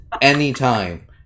Anytime